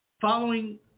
Following